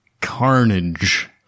carnage